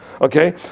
Okay